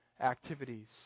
activities